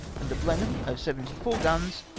and the blenheim of seventy four guns,